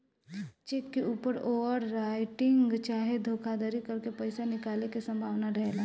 check के ऊपर over writing चाहे धोखाधरी करके पईसा निकाले के संभावना रहेला